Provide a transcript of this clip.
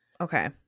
Okay